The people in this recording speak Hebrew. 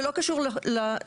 זה לא קשור לסעיף,